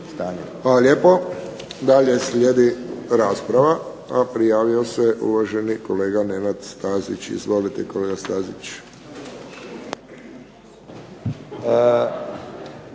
lijepo. Dalje slijedi rasprava, a prijavio se uvaženi kolega Nenad Stazić. Izvolite kolega Stazić.